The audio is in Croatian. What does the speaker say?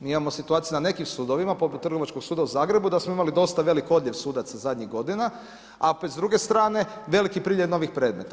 Mi imamo situaciju na nekim sudovima, poput Trgovačkog suda u Zagrebu, da smo imali dosta veliki odljev sudaca zadnjih godina, a opet s druge strane, veliki priljev novih predmeta.